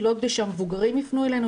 לא כדי שהמבוגרים יפנו אלינו,